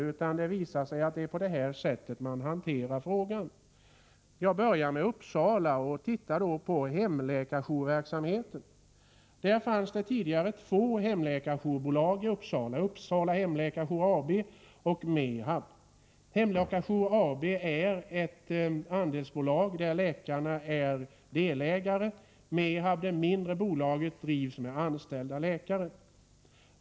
Det har nämligen visat sig att det är på det här sättet man hanterar frågan. Jag börjar med Uppsala och tittar då på hemläkarjourverksamheten. Det fanns tidigare två hemläkarjourbolag i Uppsala: Uppsala Hemläkarjour AB och MEHAB. Uppsala Hemläkarjour AB är ett handelsbolag, där läkarna är delägare. MEHAB, det mindre bolaget, drivs med anställda läkare.